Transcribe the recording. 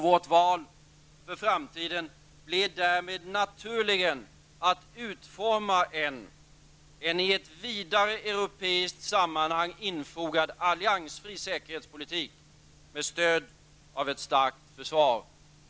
Vårt val för framtiden blir därmed naturligen att utforma en i ett vidare europeiskt sammanhang infogad alliansfri säkerhetspolitik med stöd av ett starkt försvar.